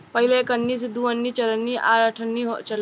पहिले एक अन्नी, दू अन्नी, चरनी आ अठनी चलो